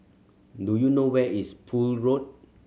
do you know where is Poole Road